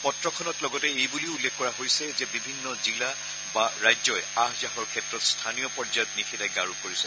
পত্ৰখনত লগতে এই বুলিও উল্লেখ কৰা হৈছে যে বিভিন্ন জিলা বা ৰাজ্যই আহ যাহৰ ক্ষেত্ৰত স্থানীয় পৰ্যায়ত নিষেধাজ্ঞা আৰোপ কৰিছে